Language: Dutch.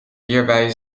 hierbij